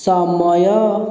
ସମୟ